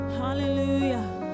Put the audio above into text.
hallelujah